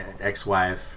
ex-wife